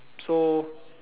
so